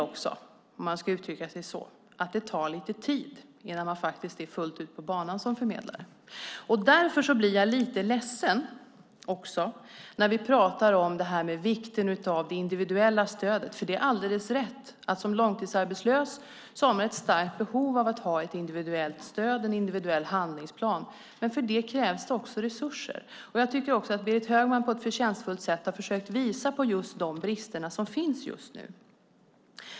Dessutom tar det lite tid innan man som förmedlare är på banan fullt ut. Därför blir jag lite ledsen när vi talar om vikten av det individuella stödet. Det är alldeles rätt att man som långtidsarbetslös har ett starkt behov av individuellt stöd, att ha en individuell handlingsplan. För det krävs emellertid resurser. Jag tycker att Berit Högman på ett förtjänstfullt sätt försökt visa på de brister som just nu finns.